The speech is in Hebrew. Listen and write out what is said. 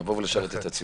לבוא ולשרת את הציבור.